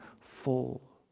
full